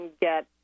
get